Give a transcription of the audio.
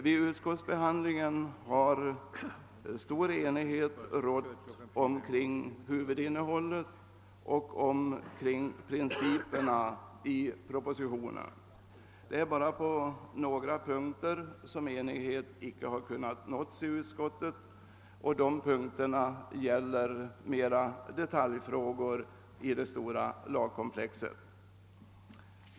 Vid utskottsbehandlingen har stor enighet rått omkring huvudinnehållet och omkring principerna i propositionen. Det är bara på några punkter som enighet icke har kunnat nås, och dessa gäller närmast detaljfrågor i det stora lagkomplexet.